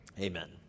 amen